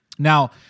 Now